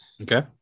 Okay